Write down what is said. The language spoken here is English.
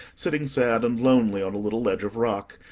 sitting sad and lonely on a little ledge of rock,